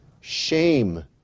shame